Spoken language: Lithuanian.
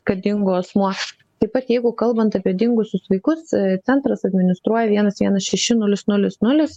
kad dingo asmuo taip pat jeigu kalbant apie dingusius vaikus centras administruoja vienas vienas šeši nulis nulis nulis